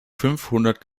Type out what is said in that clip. fünfhundert